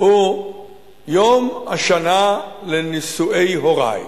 הוא יום השנה לנישואי הורי,